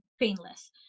painless